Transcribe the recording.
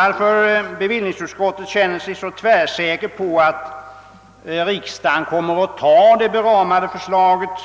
Att bevillningsutskottet känner sig så säkert på att riksdagen kommer att besluta i enlighet med det beramade förslaget